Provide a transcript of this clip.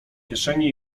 kieszeni